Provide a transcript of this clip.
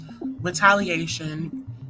retaliation